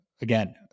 Again